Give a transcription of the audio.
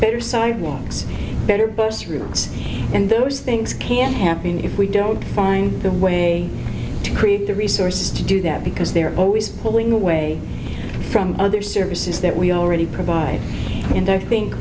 better sidewalks better bus routes and those things can't happen if we don't find a way to create the resources to do that because they're always pulling away from other services that we already provide and i think